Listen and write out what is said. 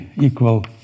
equal